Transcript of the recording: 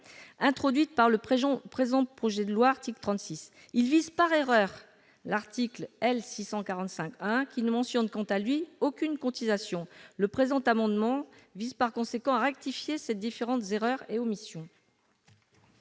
introduite par l'article 36 du présent projet de loi. Il vise par erreur l'article L. 645-1, qui ne mentionne quant à lui aucune cotisation. Le présent amendement vise par conséquent à rectifier ces différentes erreurs et omissions.